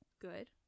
good